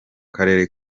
karere